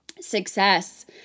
success